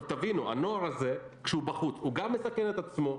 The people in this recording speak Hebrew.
תבינו, כשהנוער הזה בחוץ הוא גם מסכן את עצמו,